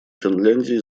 финляндии